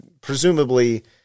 presumably